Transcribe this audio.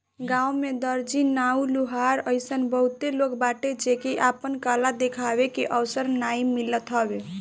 गांव में दर्जी, नाऊ, लोहार अइसन बहुते लोग बाटे जेके आपन कला देखावे के अवसर नाइ मिलत हवे